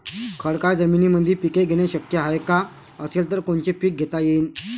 खडकाळ जमीनीमंदी पिके घेणे शक्य हाये का? असेल तर कोनचे पीक घेता येईन?